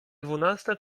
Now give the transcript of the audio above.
dwunasta